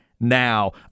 now